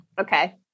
Okay